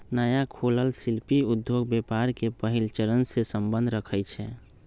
नया खोलल शिल्पि उद्योग व्यापार के पहिल चरणसे सम्बंध रखइ छै